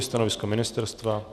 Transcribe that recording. Stanovisko ministerstva?